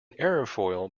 aerofoil